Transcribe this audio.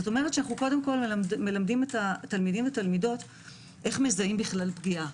כלומר אנחנו קודם כל מזהים את התלמידים והתלמידות איך מזהים פגיעה,